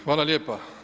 Hvala lijepa.